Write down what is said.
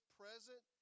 present